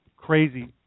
Crazy